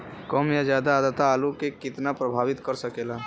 कम या ज्यादा आद्रता आलू के कितना प्रभावित कर सकेला?